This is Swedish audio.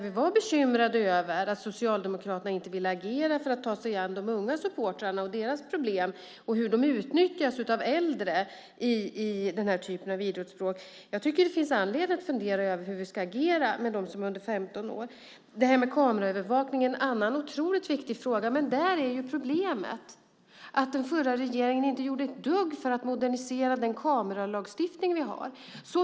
Vi var bekymrade över att Socialdemokraterna inte ville agera för att ta sig an de unga supportrarna och deras problem och hur de utnyttjas av äldre i den här typen av idrottsbråk. Jag tycker att det finns anledning att fundera över hur vi ska agera när det gäller dem som är under 15 år. Kameraövervakning är en annan otroligt viktig fråga, men där är problemet att den förra regeringen inte gjorde ett dugg för att modernisera den kameralagstiftning vi har.